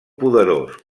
poderós